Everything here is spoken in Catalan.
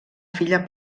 filla